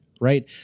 Right